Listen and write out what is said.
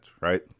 Right